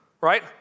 right